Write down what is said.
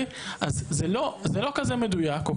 אז זה לא כזה מדויק.